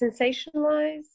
sensationalized